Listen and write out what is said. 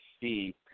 see